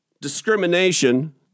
discrimination